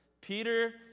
Peter